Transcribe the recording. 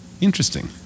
Interesting